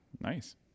Nice